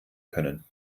können